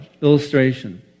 illustration